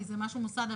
כי זה משהו ממוסד,